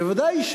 ודאי,